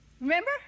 remember